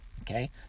Okay